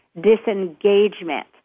disengagement